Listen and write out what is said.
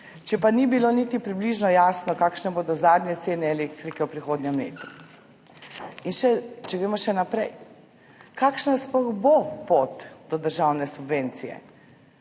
če pa ni bilo niti približno jasno, kakšne bodo zadnje cene elektrike v prihodnjem letu. Če gremo še naprej, kakšna bo sploh pot do državne subvencije,